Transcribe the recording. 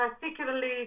particularly